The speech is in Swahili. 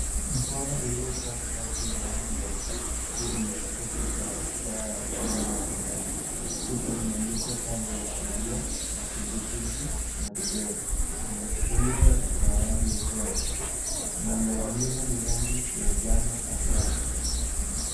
Mkono uliovaa glavu ya rangi ya bluu, ukiwa umeshika chupa ya rangi ya chupa imeandikwa, "chanjo ya surua, matupwitupwi na rubella . Mna kifuniko cha rangi ya fedha. Mandhari nyuma ni rangi ya njano angavu.